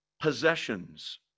possessions